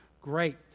Great